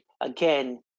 again